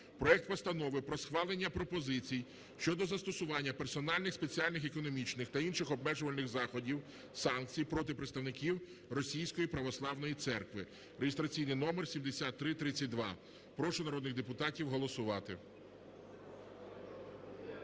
проект Постанови про схвалення пропозицій щодо застосування персональних спеціальних економічних та інших обмежувальних заходів (санкцій) проти представників Російської православної церкви (реєстраційний номер 7332). Прошу народних депутатів голосувати.